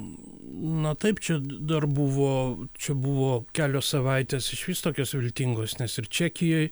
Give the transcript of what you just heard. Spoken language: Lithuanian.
na taip čia dar buvo čia buvo kelios savaitės išvis tokios viltingos nes ir čekijoj